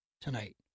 tonight